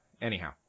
anyhow